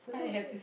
Faizal-Hussain